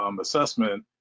assessment